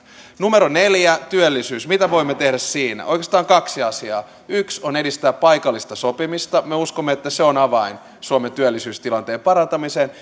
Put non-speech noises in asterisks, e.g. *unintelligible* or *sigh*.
numero neljä työllisyys mitä me voimme tehdä siinä oikeastaan kaksi asiaa yksi on edistää paikallista sopimista me uskomme että se on avain suomen työllisyystilanteen parantamiseen *unintelligible*